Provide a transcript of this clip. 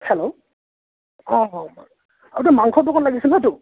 hello অ হয় হয় অ এইটো মাংসৰ দোকানত লাগিছে ন' এইটো